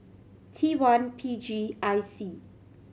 T one P G I C